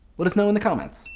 let us know in the comments.